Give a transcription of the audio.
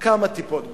"כמה טיפות בים".